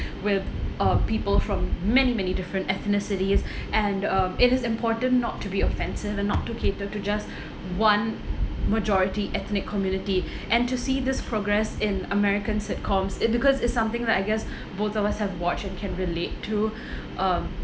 with uh people from many many different ethnicities and um it is important not to be offensive and not to cater to just one majority ethnic community and to see this progress in american sitcoms it because it's something that I guess both of us have watched and can relate to um